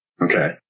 okay